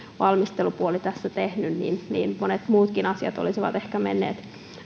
valmistelupuoli tässä tehnyt niin niin nekin olisivat ehkä menneet